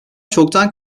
çoktan